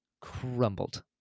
crumbled